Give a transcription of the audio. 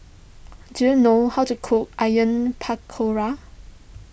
do you know how to cook Onion Pakora